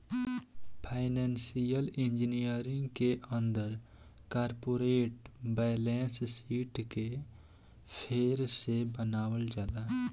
financial engineering के अंदर corporate balance sheet के फेर से बनावल जाला